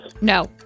no